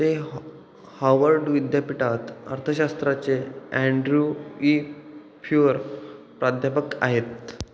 ते हॉ हावर्ड विद्यापीठात अर्थशास्त्राचे अँड्र्यू ई फ्युअर प्राध्यापक आहेत